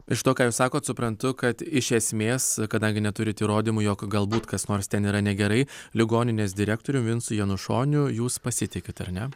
iš to ką jūs sakot suprantu kad iš esmės kadangi neturit įrodymų jog galbūt kas nors ten yra negerai ligoninės direktorium vincu janušoniu jūs pasitikit ar ne